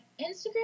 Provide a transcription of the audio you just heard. Instagram